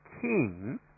king